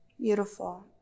Beautiful